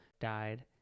died